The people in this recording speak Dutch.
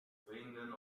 vrienden